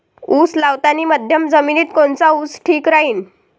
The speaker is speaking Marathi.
उस लावतानी मध्यम जमिनीत कोनचा ऊस ठीक राहीन?